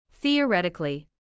Theoretically